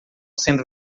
sendo